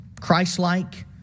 Christ-like